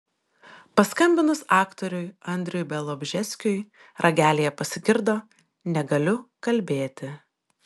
paskambinus aktoriui andriui bialobžeskiui ragelyje pasigirdo negaliu kalbėti